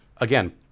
again